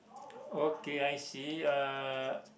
okay I see uh